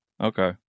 Okay